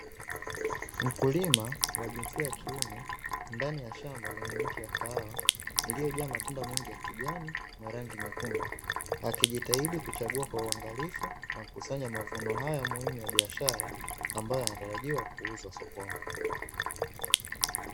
Mkulima wa jinsia ya kiume ndani ya shamba lenye miti ya kahawa iliyo jaa matunda mengi ya kijani na rangi nyekundu, akijitahidi kuchagua kwa uangalifu na kukusanya mavuno haya muhimu ya biashara ambayo yanatarajiwa kuuzwa sokoni.